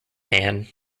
anne